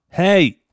Hey